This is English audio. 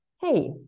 hey